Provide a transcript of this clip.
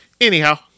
anyhow